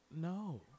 No